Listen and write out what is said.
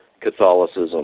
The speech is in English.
Catholicism